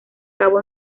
cabo